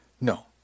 No